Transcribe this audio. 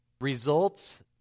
results